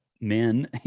men